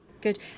Good